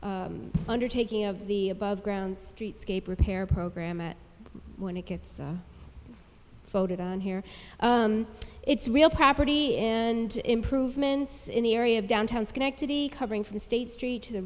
ndertaking of the above ground streetscape repair program it when it gets voted on here it's real property and improvements in the area of downtown schenectady covering from state street to the